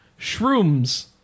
Shrooms